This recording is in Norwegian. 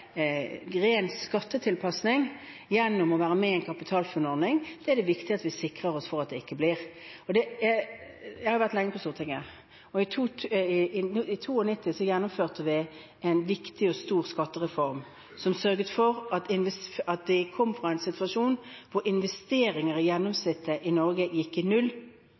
det er det viktig at vi sikrer oss mot. Jeg har vært lenge på Stortinget. I 1992 gjennomførte vi en stor og viktig skattereform som sørget for at vi kom fra en situasjon hvor investeringer i gjennomsnitt i Norge gikk i null